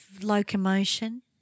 locomotion